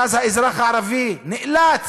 ואז האזרח הערבי נאלץ,